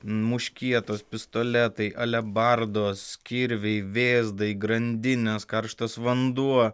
muškietos pistoletai alebardos kirviai vėzdai grandinės karštas vanduo